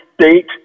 State